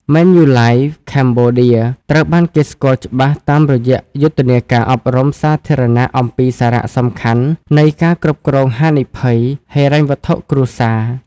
Manulife Cambodia ត្រូវបានគេស្គាល់ច្បាស់តាមរយៈយុទ្ធនាការអប់រំសាធារណៈអំពីសារៈសំខាន់នៃ ការគ្រប់គ្រងហានិភ័យ ហិរញ្ញវត្ថុគ្រួសារ។